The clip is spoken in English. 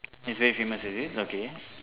its very famous is it okay